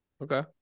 Okay